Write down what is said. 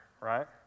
right